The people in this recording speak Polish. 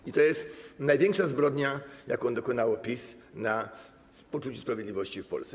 I to jest największa zbrodnia, jakiej dokonało PiS w poczuciu sprawiedliwości w Polsce.